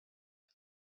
ازش